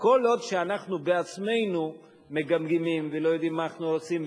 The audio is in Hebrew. כל עוד שאנחנו בעצמנו מגמגמים ולא יודעים מה אנחנו רוצים,